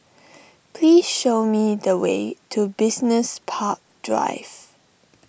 please show me the way to Business Park Drive